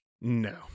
no